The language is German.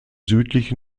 südlich